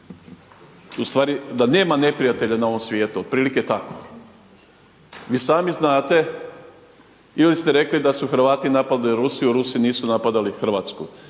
ustvari da nema neprijatelja na ovom svijetu, otprilike tako, vi sami znate ili ste rekli da su Hrvati napali Rusiju a Rusi nisu napadali Hrvatsku.